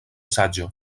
saĝo